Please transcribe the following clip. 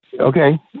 Okay